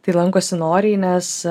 tai lankosi noriai nes